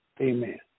Amen